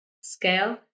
scale